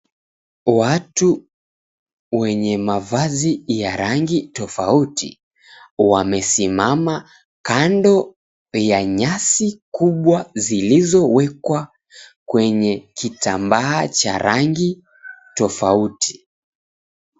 Watu wenye mavazi ya rangi tofauti wamesimama kando ya nyasi kubwa zilizowekwa kwenye kitambaa cha rangi tofauti.